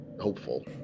hopeful